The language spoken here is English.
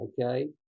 okay